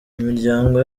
imiryango